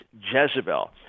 Jezebel